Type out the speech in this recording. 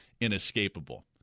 inescapable